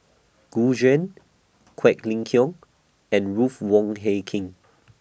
Gu Juan Quek Ling Kiong and Ruth Wong Hie King